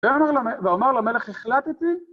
ואמר למלך, החלטתי...